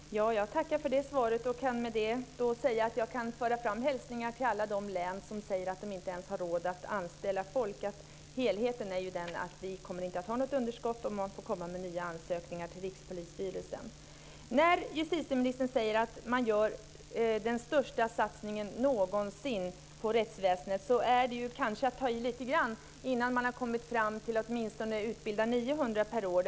Fru talman! Jag tackar för det svaret och kan med det säga att jag kan föra fram hälsningar till alla de län som säger att de inte ens har råd att anställa folk att helheten är den att vi inte kommer att ha något underskott, och man får komma med nya ansökningar till Rikspolisstyrelsen. Justitieministern säger att man gör den största satsningen någonsin på rättsväsendet. Det är kanske att ta i lite grann att säga så innan man har kommit fram till att åtminstone utbilda 900 per år.